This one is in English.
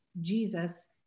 Jesus